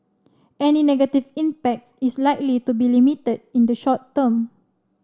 any negative impact is likely to be limited in the short term